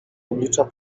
oblicza